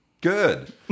Good